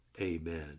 Amen